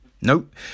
Nope